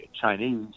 Chinese